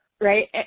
Right